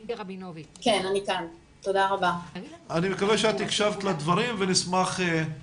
אני מקווה שאת הקשבת לדברים ונשמח עכשיו,